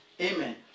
amen